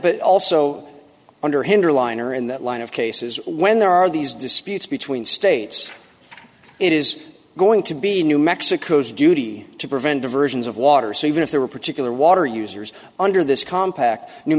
but also under hinder line or in that line of cases when there are these disputes between states it is going to be new mexico's duty to prevent diversions of water so even if there were particular water users under this compact new